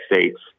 States